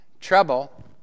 Trouble